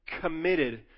committed